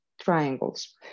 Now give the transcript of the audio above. triangles